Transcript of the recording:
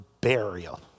burial